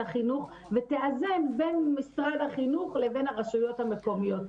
החינוך ותאזן בין משרד החינוך לבין הרשויות המקומיות.